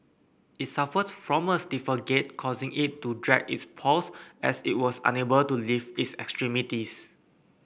it suffered from a stiffer gait causing it to drag its paws as it was unable to lift its extremities